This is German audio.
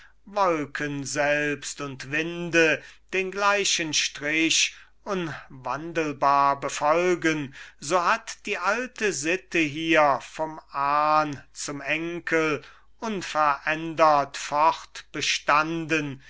wolken selbst und winde den gleichen strich unwandelbar befolgen so hat die alte sitte hier vom ahn zum enkel unverändert